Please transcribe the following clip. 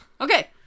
Okay